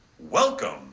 Welcome